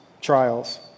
trials